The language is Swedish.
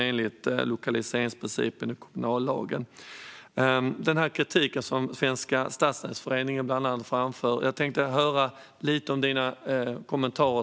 Den här kritiken framförs av bland annat Svenska Stadsnätsföreningen. Jag skulle vilja höra Denis Begics kommentarer.